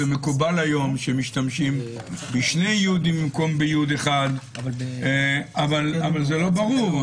מקובל היום שמשתמשים בשני יו"דים במקום יו"ד אחת אבל זה לא ברור.